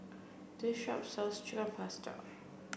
this shop sells Chicken Pasta